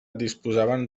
disposaven